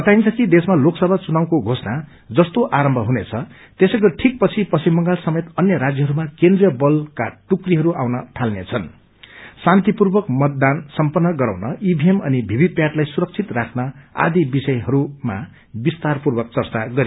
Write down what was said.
बताईन्छ कि देश्कामा लोकसभा चुननावको घोषणा जस्तो आरम्म हुनेछ त्यसैको ठीकपछि पश्चिम बंगाल समेत अन्य राज्यहरूमा केन्द्रिय बलका टुक्रीहरू आउन थाल्नेछन् शान्तिपूर्वक मतदान सम्पन्न गराउन ईभीएम अनि भीभी प्याटलाई सुरक्षित राख्न आदि विषयहरूमा विस्तापूर्वक चर्चा भयो